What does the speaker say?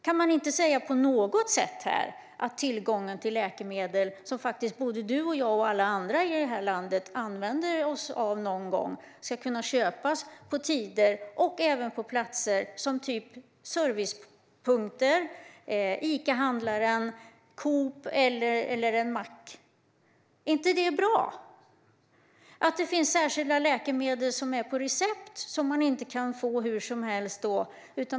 Kan man inte på något sätt säga att läkemedel, som faktiskt du och jag och alla andra i detta land använder oss av någon gång, ska kunna köpas på andra tider och även på platser som servicepunkter, Icahandlare, Coop eller en mack? Är inte det bra? Det finns särskilda läkemedel som man får på recept som man inte kan få ut hur som helst.